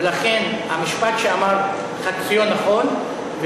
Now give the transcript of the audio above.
ולכן המשפט שאמרת חצי לא נכון,